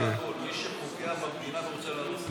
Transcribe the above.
שפוגע בביטחון המדינה.